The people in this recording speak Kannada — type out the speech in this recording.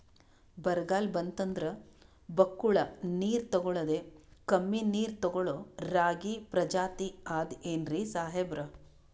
ಬರ್ಗಾಲ್ ಬಂತಂದ್ರ ಬಕ್ಕುಳ ನೀರ್ ತೆಗಳೋದೆ, ಕಮ್ಮಿ ನೀರ್ ತೆಗಳೋ ರಾಗಿ ಪ್ರಜಾತಿ ಆದ್ ಏನ್ರಿ ಸಾಹೇಬ್ರ?